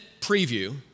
preview